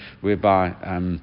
whereby